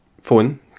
phone